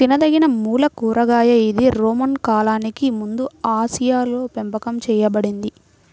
తినదగినమూల కూరగాయ ఇది రోమన్ కాలానికి ముందుఆసియాలోపెంపకం చేయబడింది